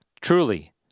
truly